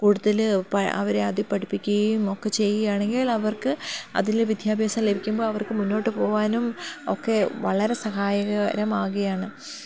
കൂടുതൽ അവരെ ആദ്യം പഠിപ്പിക്കുകയും ഒക്കെ ചെയ്യുകയാണെങ്കിൽ അവർക്ക് അതിൽ വിദ്യാഭ്യാസം ലഭിക്കുമ്പോൾ അവർക്ക് മുന്നോട്ട് പോവാനും ഒക്കെ വളരെ സഹായകരമാകുകയാണ്